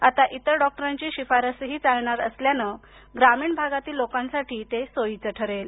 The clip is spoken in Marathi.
आता इतर डॉक्टरांची शिफारसही चालणार असल्यानं ग्रामीण भागातील लोकांसाठी ते सोयीचं ठरेल